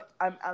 I'm-